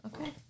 Okay